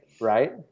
right